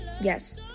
Yes